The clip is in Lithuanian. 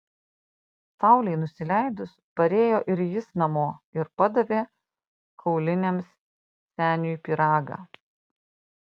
saulei nusileidus parėjo ir jis namo ir padavė kauliniams seniui pyragą